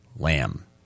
Lamb